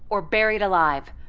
or buried alive.